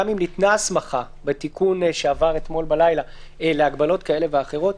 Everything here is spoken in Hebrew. גם אם ניתנה הסמכה בתיקון שעבר אתמול בלילה להגבלות כאלה ואחרות,